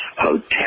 hotel